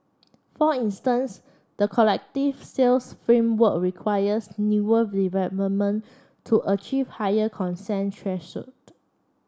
for instance the collective sales framework requires newer development to achieve higher consent